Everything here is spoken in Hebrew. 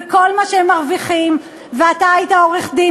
וכל מה שהם מרוויחים ואתה היית עורך-דין,